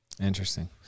Interesting